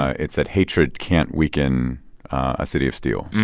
it said, hatred can't weaken a city of steel.